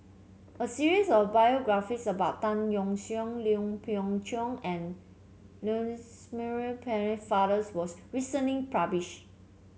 a series of biographies about Tan Yeok Seong Lui Pao Chuen and Lancelot Maurice Pennefather was recently published